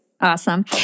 Awesome